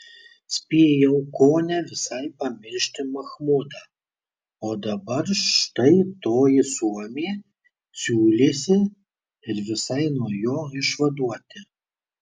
spėjau kone visai pamiršti machmudą o dabar štai toji suomė siūlėsi ir visai nuo jo išvaduoti